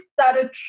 started